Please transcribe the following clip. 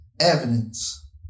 evidence